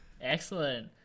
Excellent